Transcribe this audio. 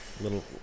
little